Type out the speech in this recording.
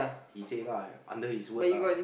he say lah under his word lah